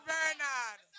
Bernard